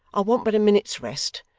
i want but a minute's rest.